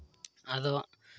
ᱟᱫᱚ